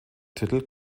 titel